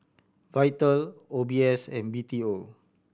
Vital O B S and B T O